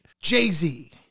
Jay-Z